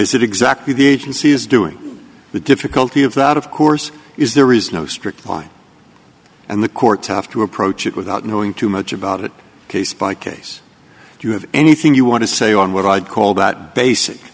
is it exactly the agency is doing the difficulty of that of course is there is no strict line and the courts have to approach it without knowing too much about it case by case do you have anything you want to say on what i'd call that basic